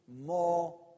more